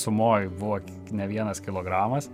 sumoj buvo ne vienas kilogramas